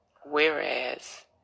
whereas